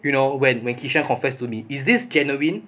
you know when kishan confessed to me is this genuine